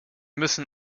müssen